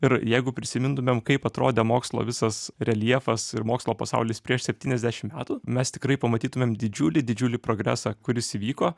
ir jeigu prisimintumėm kaip atrodė mokslo visas reljefas ir mokslo pasaulis prieš septyniasdešim metų mes tikrai pamatytumėm didžiulį didžiulį progresą kuris įvyko